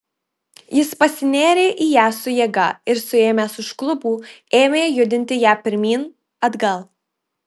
jis pasinėrė į ją su jėga ir suėmęs už klubų ėmė judinti ją pirmyn atgal